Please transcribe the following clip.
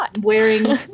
wearing